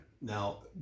Now